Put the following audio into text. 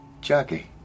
Jackie